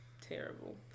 Terrible